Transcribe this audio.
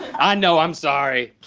i know, i'm sorry.